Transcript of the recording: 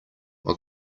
are